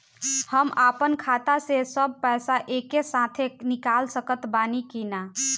हम आपन खाता से सब पैसा एके साथे निकाल सकत बानी की ना?